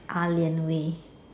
ah-lian way